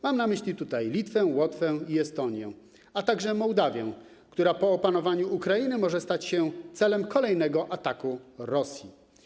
Mam na myśli tutaj Litwę, Łotwę i Estonię, a także Mołdawię, która po opanowaniu Ukrainy może stać się celem kolejnego ataku Rosji.